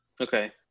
Okay